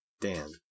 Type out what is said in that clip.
Dan